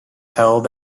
held